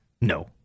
No